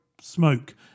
smoke